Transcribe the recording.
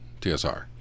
TSR